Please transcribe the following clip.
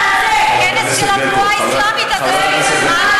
כנס של התנועה האסלאמית, חברת הכנסת ברקו.